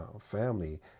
family